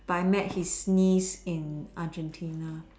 but I met his niece in Argentina